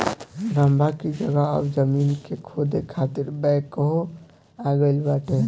रम्भा की जगह अब जमीन के खोदे खातिर बैकहो आ गईल बाटे